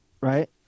Right